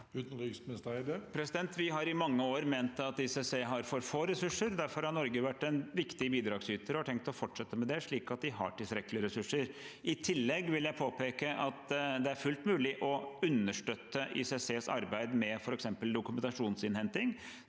Utenriksminister Espen Barth Eide Vi har i mange år ment at ICC har for få ressurser. Derfor har Norge vært en viktig bidragsyter og har tenkt å fortsette å være det, slik at de har tilstrekkelige ressurser. I tillegg vil jeg påpeke at det er fullt mulig å understøtte ICCs arbeid med f.eks. dokumentasjonsinnhenting.